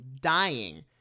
dying